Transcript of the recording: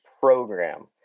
program